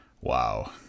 wow